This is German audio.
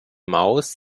maus